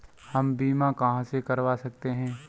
हम बीमा कहां से करवा सकते हैं?